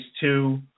two